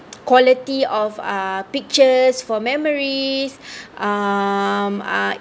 quality of uh pictures for memories um uh